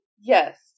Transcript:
yes